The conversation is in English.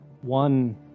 one